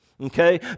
Okay